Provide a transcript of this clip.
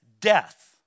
death